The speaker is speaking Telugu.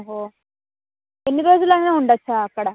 ఓహో ఎన్ని రోజులన్న ఉండవచ్చా అక్కడ